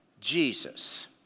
Jesus